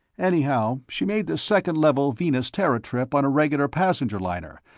anyhow, she made the second level venus-terra trip on a regular passenger liner,